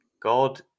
god